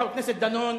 חבר הכנסת דנון,